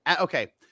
Okay